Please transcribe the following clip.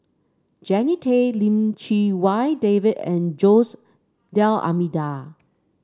Jannie Tay Lim Chee Wai David and Jose D'Almeida